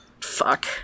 Fuck